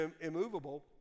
immovable